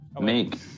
make